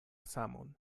samon